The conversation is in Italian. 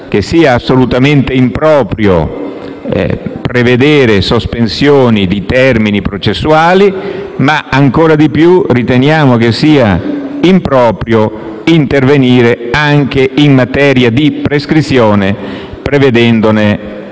sia assolutamente improprio prevedere sospensioni dei termini processuali, ma, ancora di più, intervenire anche in materia di prescrizione prevedendone